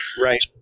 Right